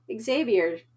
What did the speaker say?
Xavier